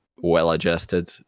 well-adjusted